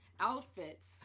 outfits